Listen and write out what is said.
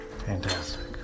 Fantastic